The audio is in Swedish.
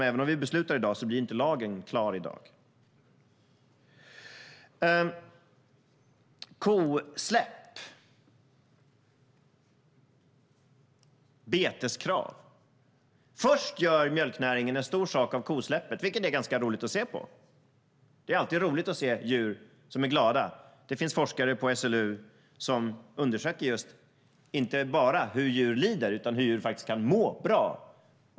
Även om vi beslutar det i dag så blir ju inte lagen klar i dag. Kosläpp. Beteskrav. Först gör mjölknäringen en stor sak av kosläppet, vilket är ganska roligt att se på. Det är alltid roligt att se djur som är glada. Det finns forskare på SLU som undersöker inte bara hur djur lider utan hur djur faktiskt kan må bra.